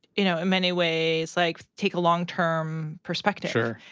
you know, in many ways, like, take a long-term perspective. sure.